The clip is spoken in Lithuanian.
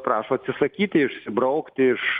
prašo atsisakyti išsibraukti iš